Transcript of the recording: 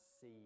see